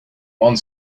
one